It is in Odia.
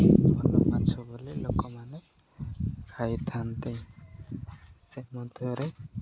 ଭଲ ମାଛ ବୋଲି ଲୋକମାନେ ଖାଇଥାନ୍ତି ସେ ମଧ୍ୟରେ